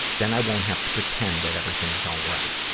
then i won't have to pretend that everything's all right.